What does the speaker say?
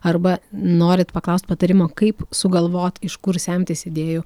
arba norit paklaust patarimo kaip sugalvot iš kur semtis idėjų